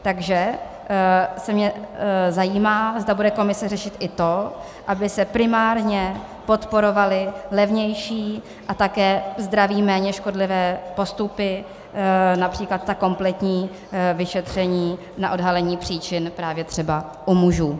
Takže mě zajímá, zda bude komise řešit i to, aby se primárně podporovaly levnější a také zdraví méně škodlivé postupy, například ta kompletní vyšetření na odhalení příčin právě třeba u mužů.